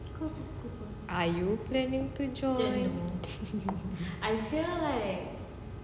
are you planning to join